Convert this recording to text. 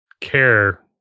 care